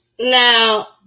Now